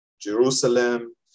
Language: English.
Jerusalem